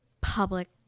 public